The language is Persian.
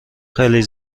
خیلی